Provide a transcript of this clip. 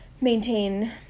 maintain